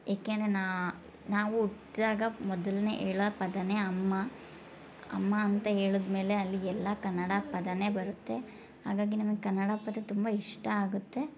ಏಕೆ ಅಂದರೆ ನಾವು ಹುಟ್ದಾಗ ಮೊದಲನೇ ಹೇಳೊ ಪದವೇ ಅಮ್ಮ ಅಮ್ಮ ಅಂತ ಹೇಳಿದ್ಮೇಲೆ ಅಲ್ಲಿ ಎಲ್ಲ ಕನ್ನಡ ಪದವೇ ಬರುತ್ತೆ ಹಾಗಾಗಿ ನಮಿಗೆ ಕನ್ನಡ ಪದ ತುಂಬ ಇಷ್ಟ ಆಗುತ್ತೆ